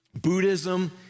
Buddhism